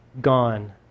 gone